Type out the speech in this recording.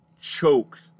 choked